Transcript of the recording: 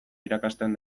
irakasten